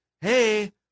Hey